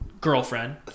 girlfriend